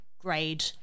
grade